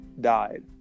died